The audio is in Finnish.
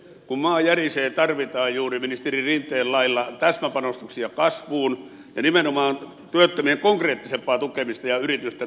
kun maa järisee tarvitaan juuri ministeri rinteen lailla täsmäpanostuksia kasvuun ja nimenomaan työttömien konkreettisempaa tukemista ja yritysten ovien aukaisemista